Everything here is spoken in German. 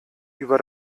über